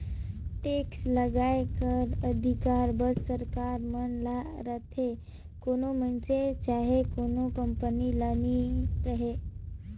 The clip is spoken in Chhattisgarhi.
टेक्स लगाए कर अधिकार बस सरकार मन ल रहथे कोनो मइनसे चहे कोनो कंपनी ल नी रहें